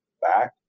back